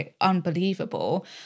unbelievable